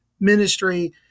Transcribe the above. ministry